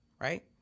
Right